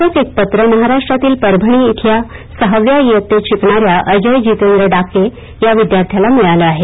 असेच एक पत्र महाराष्ट्रातील परभणी इथल्या सहाव्या इयत्तेत शिकणाऱ्या अजय जितेंद्र डाके या विद्यार्थ्याला मिळाले आहे